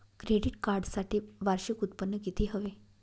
Credit कार्डसाठी वार्षिक उत्त्पन्न किती हवे?